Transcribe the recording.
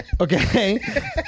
Okay